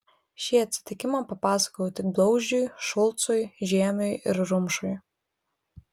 šį atsitikimą papasakojau tik blauzdžiui šulcui žiemiui ir rumšui